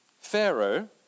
Pharaoh